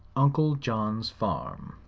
uncle john's farm.